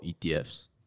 ETFs